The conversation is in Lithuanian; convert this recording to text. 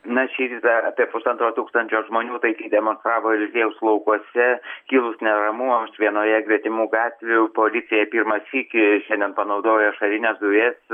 na šįryt dar apie pusantro tūkstančio žmonių taikiai demaskavo eliziejaus laukuose kilus neramumams vienoje gretimų gatvių policija pirmą sykį šiandien panaudojo ašarines dujas